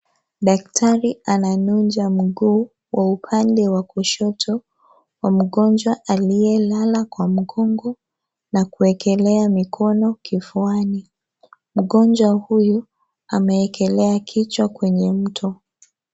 Daktari ananuja mguu wa upande wa kushoto wa mgonjwa aliyelala kwa mgongo na kuwekelea mikono kifuani. Mgonjwa huyu ameekelea kichwa kwenye muto.